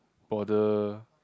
bother